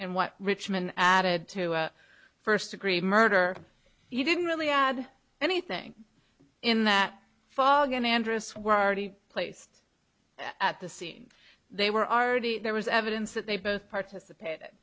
in what richmond added to a first degree murder you didn't really add anything in that fog and andrus were already placed at the scene they were already there was evidence that they both participate